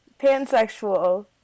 pansexual